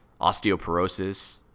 osteoporosis